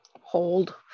Hold